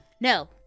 no